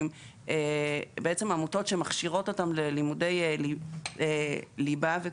עמותות שמכשירות אותן ללימודי ליבה ותוכנה.